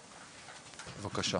בבקשה.